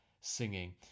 singing